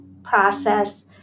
process